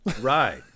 Right